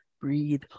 Breathe